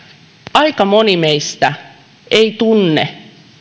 aika moni meistä ei tunne